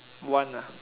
one ah